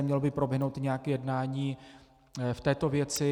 Mělo by proběhnout i nějaké jednání v této věci.